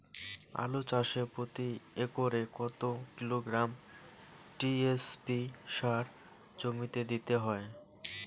আলু চাষে প্রতি একরে কত কিলোগ্রাম টি.এস.পি সার জমিতে দিতে হয়?